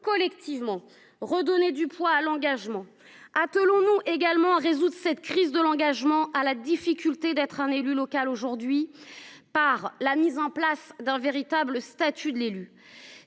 collectivement, redonner du poids à l’engagement. Attelons nous également à résoudre cette crise de l’engagement en réduisant la difficulté d’être un élu local aujourd’hui, par la mise en place d’un véritable statut de l’élu.